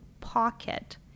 pocket